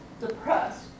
depressed